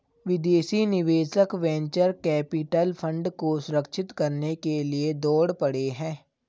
विदेशी निवेशक venture capital fund को सुरक्षित करने के लिए दौड़ पड़े हैं